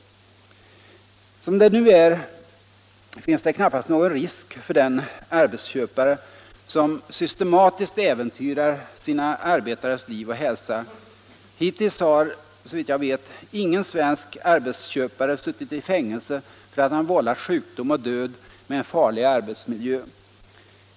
användning av Som det nu är finns det knappast någon risk för den arbetsköpare asbest som systematiskt äventyrar sina arbetares liv och hälsa. Hittills har såvitt jag vet ingen svensk arbetsköpare suttit i fängelse för att han vållat sjukdom och död med en farlig arbetsmiljö.